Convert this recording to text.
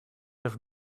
have